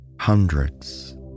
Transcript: Hundreds